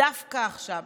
דווקא עכשיו?